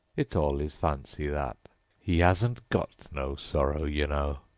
it's all his fancy, that he hasn't got no sorrow, you know.